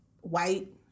white